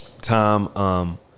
Tom